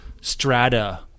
strata